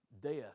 death